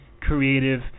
creative